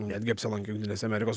netgi apsilankė jungtinėse amerikos